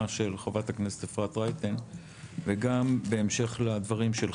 של חברת הכנסת אפרת רייטן וגם בהמשך לדברים שלך.